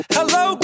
Hello